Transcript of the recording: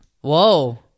Whoa